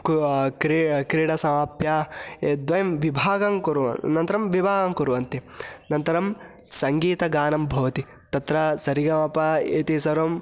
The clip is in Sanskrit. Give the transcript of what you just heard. कु क्री क्रीडां समाप्य ए द्वयं विभागं कुर्मः अनन्तरं विवाहङ्कुर्वन्ति अनन्तरं सङ्गीतगानं भवति तत्र सरिगमप इति सर्वं